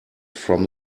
from